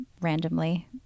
randomly